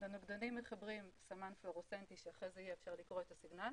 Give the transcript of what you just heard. לנוגדנים מחברים סמן פלואורסצנטי שאחרי זה יאפשר לקרוא את הסיגנל